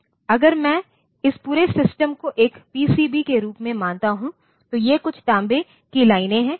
अगर मैं इस पूरे सिस्टम को एक पीसीबी के रूप में मानता हूं तो ये कुछ तांबे की लाइनें हैं